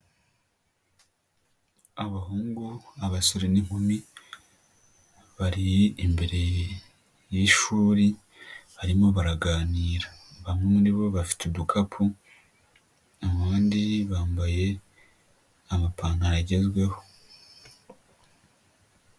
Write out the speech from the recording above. Abahungu, abasore n'inkumi bari imbere y'ishuri barimo baraganira, bamwe muri bo bafite udukapu, abandi bambaye amapantaro agezweho.